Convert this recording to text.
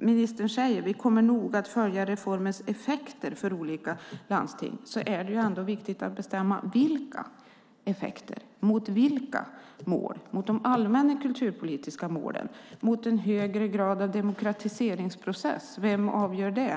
Ministern säger: Vi kommer noga att följa reformens effekter för olika landsting. Då är det ändå viktigt att bestämma vilka effekter det handlar om. Vilka mål är det? Handlar det om de allmänna kulturpolitiska målen? Handlar det om en högre grad av demokratiseringsprocess? Vem avgör det?